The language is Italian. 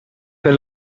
per